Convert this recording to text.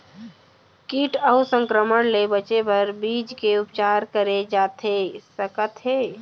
किट अऊ संक्रमण ले बचे बर का बीज के उपचार करे जाथे सकत हे?